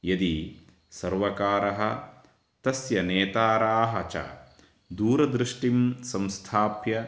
यदि सर्वकारः तस्य नेताराः च दूरदृष्टिं संस्थाप्य